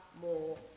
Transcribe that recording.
more